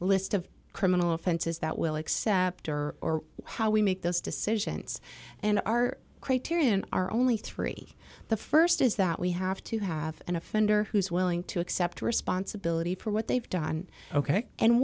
list of criminal offenses that will accept or how we make those decisions and our criterion are only three the st is that we have to have an offender who's willing to accept responsibility for what they've done ok and